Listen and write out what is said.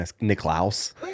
Nicklaus